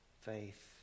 Faith